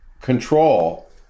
control